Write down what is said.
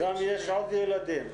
וגם יש עוד ילדים.